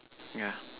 yeah